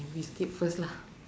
we skip first lah